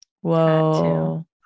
Whoa